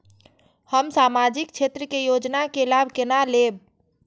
हम सामाजिक क्षेत्र के योजना के लाभ केना लेब?